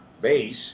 base